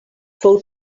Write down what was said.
fou